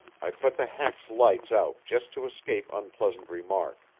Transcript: i put the hack's lights out just to escape unpleasant remark.